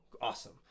awesome